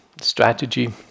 strategy